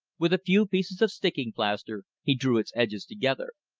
with a few pieces of sticking plaster he drew its edges together.